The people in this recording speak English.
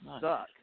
suck